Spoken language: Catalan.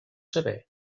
saber